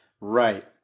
Right